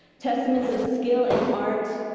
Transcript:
testaments of skill and art,